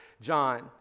John